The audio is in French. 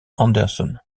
anderson